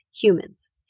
humans